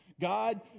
God